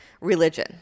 religion